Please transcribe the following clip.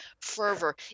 fervor